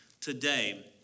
today